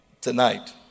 tonight